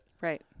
Right